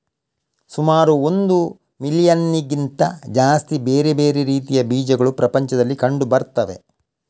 ಸುಮಾರು ಒಂದು ಮಿಲಿಯನ್ನಿಗಿಂತ ಜಾಸ್ತಿ ಬೇರೆ ಬೇರೆ ರೀತಿಯ ಬೀಜಗಳು ಪ್ರಪಂಚದಲ್ಲಿ ಕಂಡು ಬರ್ತವೆ